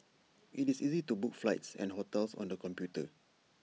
IT is easy to book flights and hotels on the computer